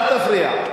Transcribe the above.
אל תפריע.